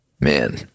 Man